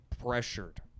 pressured